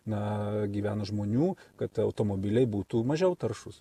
na gyvena žmonių kad automobiliai būtų mažiau taršūs